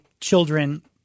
children